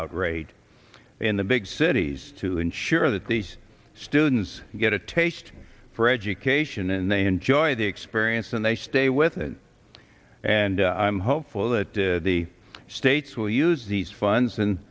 dropout rate in the big cities to ensure that these students get a taste for education and they enjoy the experience and they stay with it and i'm hopeful that the states will use these funds and